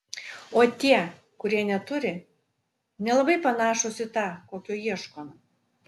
o tie kurie neturi nelabai panašūs į tą kokio ieškome